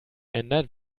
ändert